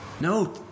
No